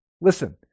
Listen